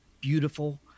beautiful